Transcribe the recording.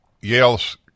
Yale's